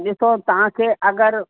ॾिसो तव्हांखे अगरि